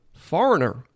Foreigner